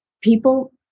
People